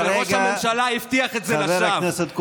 וראש הממשלה הבטיח את זה לשווא.